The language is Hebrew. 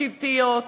השבטיות,